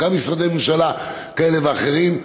גם משרדי ממשלה כאלה ואחרים,